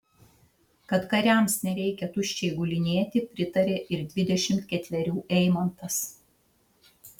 kad kariams nereikia tuščiai gulinėti pritarė ir dvidešimt ketverių eimantas